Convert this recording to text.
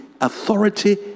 authority